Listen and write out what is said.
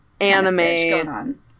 Anime